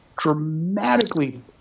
dramatically